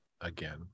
again